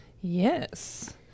yes